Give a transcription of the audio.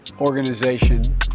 organization